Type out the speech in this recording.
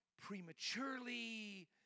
prematurely